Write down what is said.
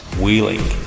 wheeling